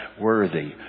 worthy